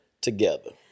together